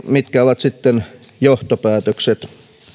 mitkä ovat sitten johtopäätökset